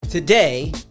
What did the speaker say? Today